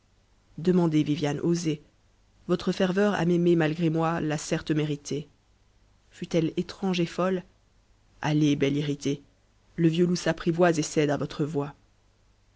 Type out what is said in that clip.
demandez viviane osez votre ferveur a m'aimer malgré moi l'a certes méritée fut eue étrange et folle allez belle irritée le vieux loup s'apprivoise et cède à votre voix